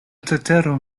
ceteron